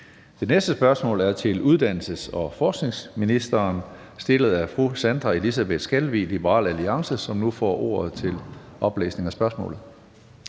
Det næste spørgsmål er til uddannelses- og forskningsministeren stillet af fru Sandra Elisabeth Skalvig, Liberal Alliance, som nu får ordet til oplæsning af spørgsmålet.